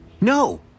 No